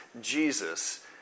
Jesus